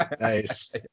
Nice